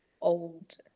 old